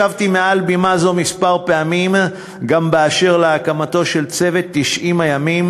השבתי מעל בימה זו כמה פעמים גם בנושא הקמתו של צוות 90 הימים